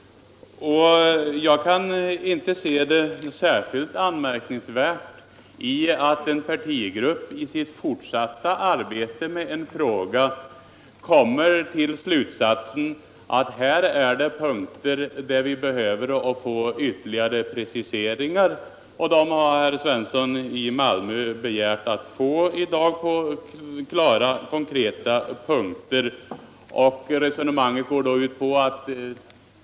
Jag kan inte finna det särskilt anmärkningsvärt att en partigrupp i sitt fortsatta arbete med en fråga kommer till slutsatsen att här finns punkter där ytterligare preciseringar behöver göras. Herr Svensson i Malmö har i dag begärt att få sådana preciseringar på några konkreta punkter.